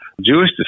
Jewish